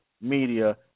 media